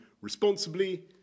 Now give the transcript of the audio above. responsibly